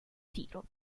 tiro